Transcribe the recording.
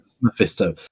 Mephisto